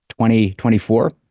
2024